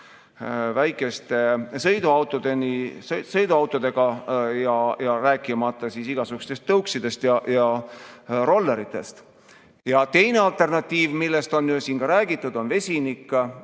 väikeste sõiduautodega, rääkimata igasugustest tõuksidest ja rolleritest. Ja teine alternatiiv, millest on siin ju ka räägitud, on vesinik,